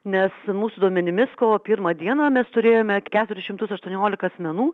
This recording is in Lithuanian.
nes mūsų duomenimis kovo pirmą dieną mes turėjome keturis šimtus aštuoniolika asmenų